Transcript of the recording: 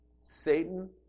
Satan